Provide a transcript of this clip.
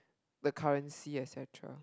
the currency etcetera